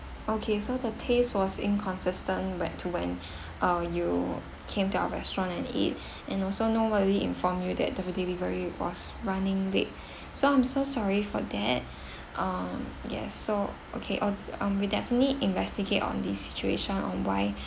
okay so the taste was inconsistent back to when uh you came to our restaurant and eat and also nobody informed you that the delivery was running late so I'm so sorry for that uh yes so okay uh um we'll definitely investigate on this situation on why